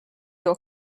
your